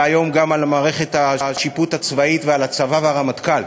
והיום גם על מערכת השיפוט הצבאית ועל הצבא והרמטכ"ל.